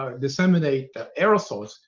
ah disseminate the aerosols,